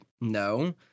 no